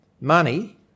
money